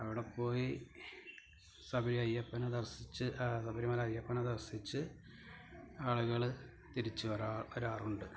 അവടെപ്പോയി സ്വാമി അയ്യപ്പനെ ദർശിച്ച് ശബരിമല അയ്യപ്പനെ ദർശിച്ച് ആളുകള് തിരിച്ചു വരാറുണ്ട്